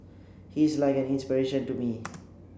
he's like an inspiration to me